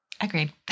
Agreed